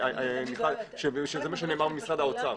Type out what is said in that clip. נאמר לי שזה מה שנאמר במשרד האוצר.